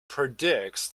predicts